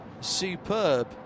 superb